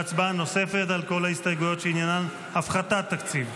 והצבעה נוספת על כל ההסתייגויות שעניינן הפחתת תקציב.